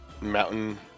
Mountain